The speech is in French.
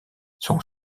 son